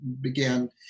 began